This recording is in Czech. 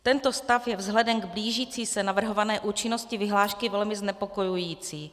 Tento stav je vzhledem k blížící se navrhované účinnosti vyhlášky velmi znepokojující.